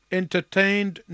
entertained